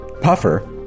Puffer